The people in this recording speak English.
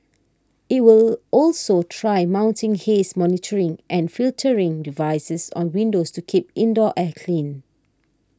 it will also try mounting haze monitoring and filtering devices on windows to keep indoor air clean